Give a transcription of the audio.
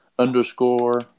underscore